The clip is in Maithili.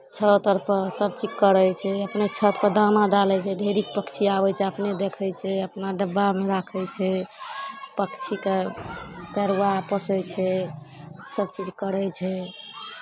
छत अरपर सभचीज करै छै अपने छतपर दाना डालै छै ढेरीक पक्षी आबै छै अपने देखै छै अपना डब्बामे राखै छै पक्षीके परवा पोसै छै सभचीज करै छै